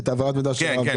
כן,